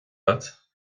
agat